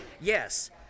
Yes